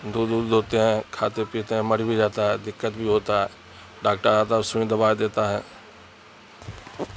دودھ اود دوہتے ہیں کھاتے پیتے ہیں مر بھی جاتا ہے دقت بھی ہوتا ہے ڈاکٹر آتا ہے سوئی دوا دیتا ہے